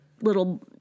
little